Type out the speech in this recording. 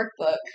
workbook